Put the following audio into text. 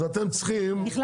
בכלל,